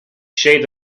shades